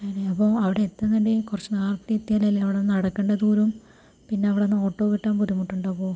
അതേയോ അപ്പോൾ അവിടെ എത്തുന്നുണ്ടേൽ കുറച്ച് നേരത്തേ എത്തിയാലല്ലേ അവിടെ നടക്കേണ്ട പിന്നെ അവിടന്ന് ഓട്ടോ കിട്ടാൻ ബുദ്ധിമുട്ടുണ്ടാകുമോ